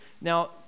now